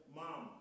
mom